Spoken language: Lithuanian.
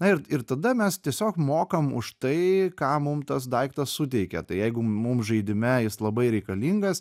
na ir ir tada mes tiesiog mokam už tai ką mum tas daiktas suteikia tai jeigu m mum žaidime jis labai reikalingas